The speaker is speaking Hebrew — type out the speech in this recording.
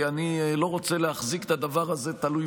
כי אני לא רוצה להחזיק את הדבר הזה תלוי